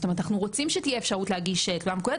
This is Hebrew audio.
זאת אומרת אנחנו רוצים שתהיה אפשרות להגיש תלונה מקוונת,